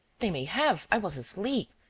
they may have. i was asleep.